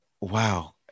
Wow